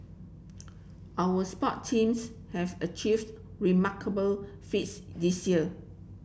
our sports teams have achieved remarkable feats this year